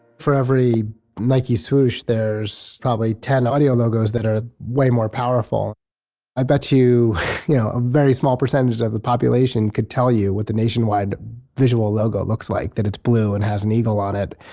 for every nike swoosh, there's probably ten audio logos that are way more powerful i bet you you know a very small percentage of the population could tell you what the nationwide visual logo looks like, that it's blue and has an eagle on it,